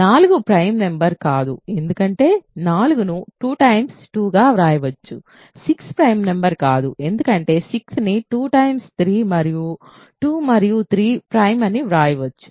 4 prime number కాదు ఎందుకంటే 4 ను 2 టైమ్స్ 2గా వ్రాయవచ్చు 6 ప్రైమ్ నెంబర్ కాదు ఎందుకంటే 6ని 2 3 మరియు 2 మరియు 3 ప్రైమ్ అని వ్రాయవచ్చు